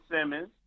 Simmons